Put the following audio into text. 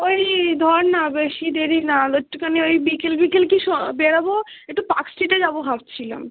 ওই ধর না বেশি দেরি না একটুখানি ওই বিকেল বিকেল কি স বেরোবো একটু পার্কস্ট্রিটে যাবো ভাবছিলাম